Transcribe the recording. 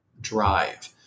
drive